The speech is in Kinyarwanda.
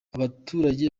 abaturage